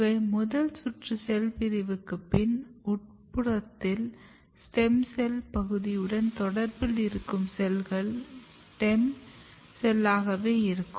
இவை முதல் சுற்று செல் பிரிவுக்கு பின் உட்புறத்தில் ஸ்டெம் செல் பகுதியுடன் தொடர்பில் இருக்கும் செல்கள் ஸ்டெம் செல்லாகவே இருக்கும்